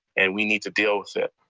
and we need to deal with it.